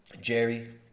Jerry